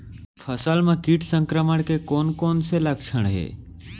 फसल म किट संक्रमण के कोन कोन से लक्षण हे?